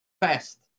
Fast